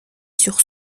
sur